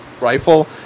rifle